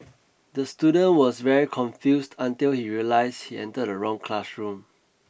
the student was very confused until he realized he entered the wrong classroom